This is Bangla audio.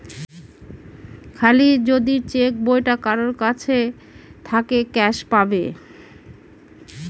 খালি যদি চেক বইটা কারোর কাছে থাকে ক্যাস পাবে